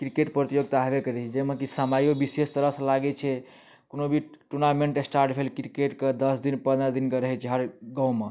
cricket प्रतियोगिता हेबे करै छै जाहिमे की समइयो बिशेष तरह सऽ लागै छै कोनो भी टुनामेन्ट स्टार्ट भेल क्रिकेटके दस दिन पन्द्रह दिन के रहै छै हर गावँ मे